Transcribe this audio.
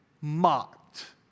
mocked